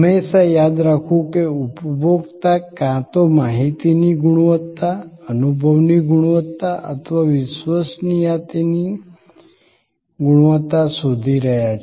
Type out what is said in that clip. હંમેશા યાદ રાખવું કે ઉપભોક્તા કાં તો માહિતીની ગુણવત્તા અનુભવની ગુણવત્તા અથવા વિશ્વસનીયતાની ગુણવત્તા શોધી રહ્યા છે